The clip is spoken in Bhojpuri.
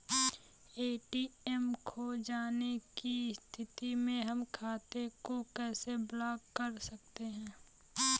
ए.टी.एम खो जाने की स्थिति में हम खाते को कैसे ब्लॉक कर सकते हैं?